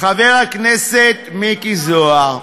חבר הכנסת מיקי זוהר.